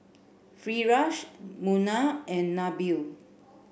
Firash Munah and Nabil